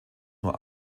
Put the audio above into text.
nur